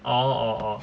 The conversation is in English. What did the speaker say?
orh orh orh